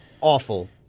awful